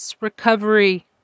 Recovery